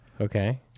Okay